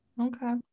Okay